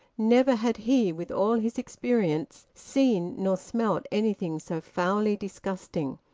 never had he, with all his experience, seen nor smelt anything so foully disgusting.